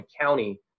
county